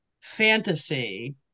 fantasy